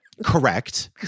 Correct